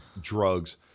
drugs